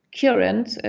current